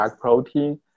protein